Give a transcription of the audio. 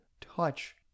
touch